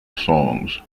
songs